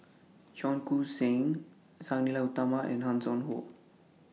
Cheong Koon Seng Sang Nila Utama and Hanson Ho